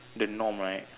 the norm right